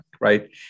right